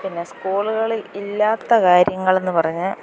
പിന്നെ സ്കൂളുകൾ ഇല്ലാത്ത കാര്യങ്ങളെന്ന് പറഞ്ഞ്